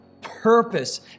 purpose